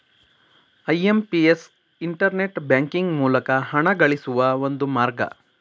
IMPS internet banking ಮೂಲಕ ಹಣಗಳಿಸುವ ಒಂದು ಮಾರ್ಗ